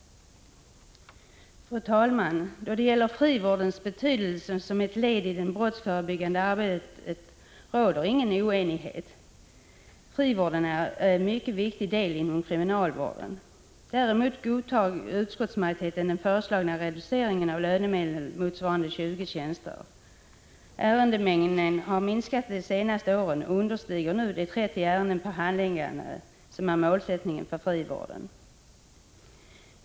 Fru talman! Om frivårdens betydelse som ett led i det brottsförebyggande arbetet råder ingen oenighet. Frivården är en mycket viktig del inom kriminalvården. Däremot godtar utskottsmajoriteten den föreslagna reduceringen av lönemedel motsvarande 20 tjänster. Ärendemängden har minskat de senaste åren och understiger nu de 30 ärenden per handläggare som är målsättningen för frivården.